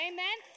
Amen